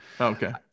Okay